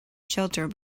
shelter